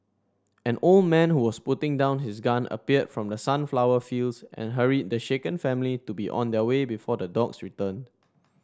an old man who was putting down his gun appeared from the sunflower fields and hurried the shaken family to be on their way before the dogs return